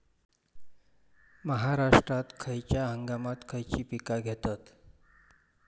महाराष्ट्रात खयच्या हंगामांत खयची पीका घेतत?